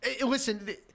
listen